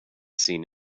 seen